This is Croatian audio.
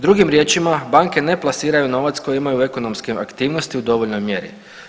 Drugim riječima banke ne plasiraju novac koje imaju ekonomske aktivnosti u dovoljnoj mjeri.